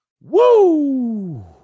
Woo